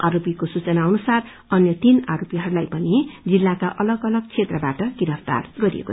आरोपीको सूचना अनुसार अन्य तीन आरोपीहरूलाई पनि जिल्लाका अलग अलग क्षेत्रबाट गिरफ्तार गरियो